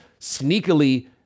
sneakily